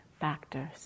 factors